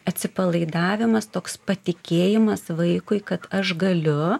atsipalaidavimas toks patikėjimas vaikui kad aš galiu